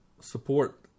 support